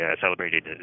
celebrated